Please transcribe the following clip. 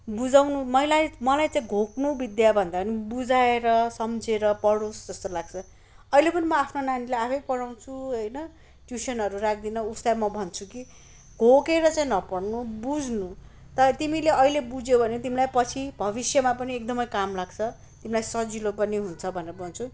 बुझाउन मैलाई मलाई चाहिँ घोक्नु बिद्या भन्दा पनि बुझाएर सम्झेर पढोस् जस्तो लाग्छ अहिले पनि म आफ्नो नानीलाई आफै पढाउछु होइन ट्युसनहरू राख्दिनँ उसलाई म भन्छु कि घोकेर चाहिँ नपढ्नु बुझ्नु त तिमीले अहिले बुझ्यो भने तिमीलाई पछि भविष्यमा पनि एकदमै काम लाग्छ तिमीलाई सजिलो पनि हुन्छ भनेर भन्छु